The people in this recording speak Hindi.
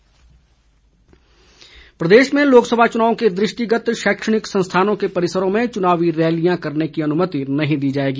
डीसी कांगड़ा प्रदेश में लोकसभा चुनाव के दृष्टिगत शैक्षणिक संस्थानों के परिसरो में चुनावी रैलियां करने की अनुमति नहीं दी जाएगी